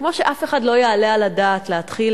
וכמו שאף אחד לא יעלה על דעתו להתחיל